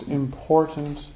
important